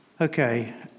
Okay